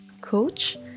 coach